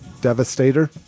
Devastator